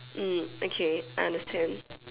mm okay I understand